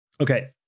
Okay